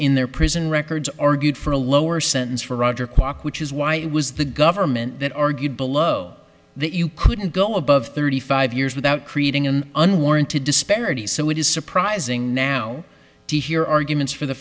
in their prison records argued for a lower sentence for roger clark which is why it was the government that argued below that you couldn't go above thirty five years without creating an unwarranted disparity so it is surprising now to hear arguments for the